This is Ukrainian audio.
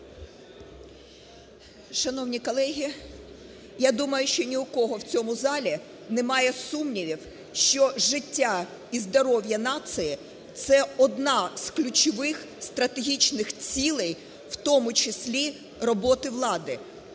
Шановні колеги, я думаю, що ні у кого в цьому залі немає сумнівів, що життя і здоров'я нації – це одна з ключових стратегічних цілей, в тому числі, роботи влади.